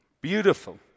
Beautiful